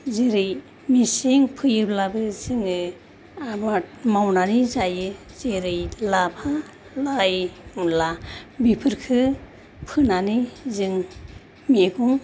जेरै मेसें फैयोलाबो जोङो आबाद मावनानै जायो जेरै लाफा लाइ मुला बेफोरखो फोनानै जों मैगं